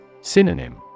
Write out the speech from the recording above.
Synonym